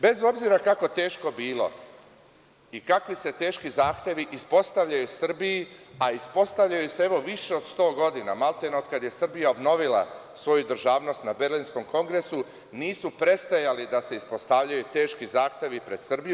Bez obzira kako teško bilo i kakvi se teški zahtevi ispostavljaju Srbiji, a ispostavljaju se evo više od 100 godina, maltene od kada je Srbija obnovila svoju državnost na Berlinskom kongresu, nisu prestajali da se ispostavljaju teški zahtevi pred Srbiju.